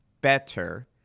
better